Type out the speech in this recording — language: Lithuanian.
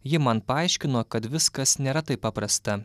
ji man paaiškino kad viskas nėra taip paprasta